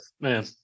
man